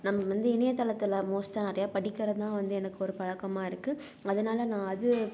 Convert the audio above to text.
நம்ம வந்து இணையத்தளத்தில் மோஸ்ட்டாக நிறையா படிக்கிறது தான் வந்து எனக்கு ஒரு பழக்கமாக இருக்குது அதனால நான் அது